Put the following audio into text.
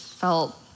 felt